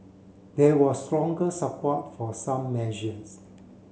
there was stronger support for some measures